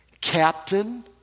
Captain